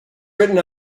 written